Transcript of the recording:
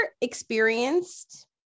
experienced